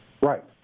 Right